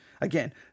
Again